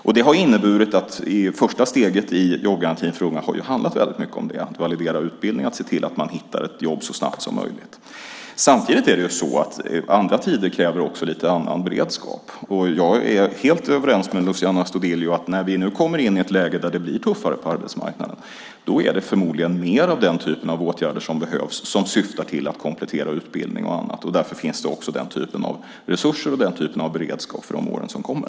Därför har det första steget i jobbgarantin för unga handlat mycket om detta: att validera utbildning och se till att man hittar ett jobb så snabbt som möjligt. Samtidigt kräver andra tider lite annan beredskap. Jag är helt överens med Luciano Astudillo om att när vi nu kommer in i ett läge där det blir tuffare på arbetsmarknaden är det förmodligen mer av den typen av åtgärder som behövs, alltså sådant som syftar till att komplettera utbildning och annat. Därför finns också den typen av resurser och beredskap för de år som kommer.